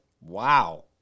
wow